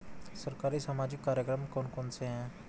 सरकारी सामाजिक कार्यक्रम कौन कौन से हैं?